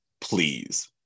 please